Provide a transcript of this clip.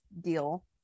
deal